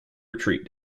retreat